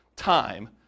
Time